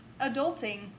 adulting